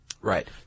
Right